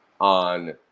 on